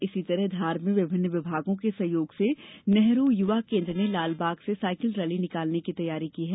इसी तरह धार में विभिन्न विभागों के सहयोग से नेहरू युवा केन्द्र ने लालबाग से साइकिल रैली निकालने की तैयारी की है